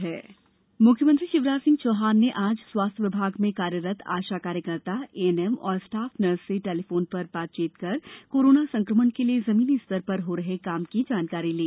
मख्यमंत्री चर्चा मुख्यमंत्री शिवराज सिंह चौहान ने आज स्वास्थ्य विभाग में कार्यरत आशा कार्यकर्ता एएनएम तथा स्टाफ नर्स से टेलीफोन पर बातचीत कर कोरोना नियंत्रण के लिए जमीनी स्तर पर हो रहे काम की जानकारी ली